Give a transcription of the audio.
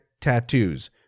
tattoos